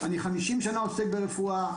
50 שנה אני עוסק ברפואה,